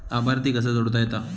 लाभार्थी कसा जोडता येता?